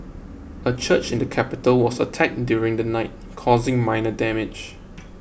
a church in the capital was attacked during the night causing minor damage